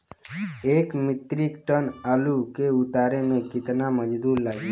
एक metric ton आलू के उतारे मे कितना मजदूर लागि?